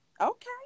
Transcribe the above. okay